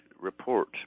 report